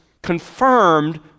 confirmed